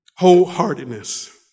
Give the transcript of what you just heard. Wholeheartedness